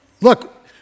look